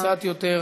קצת יותר בשקט.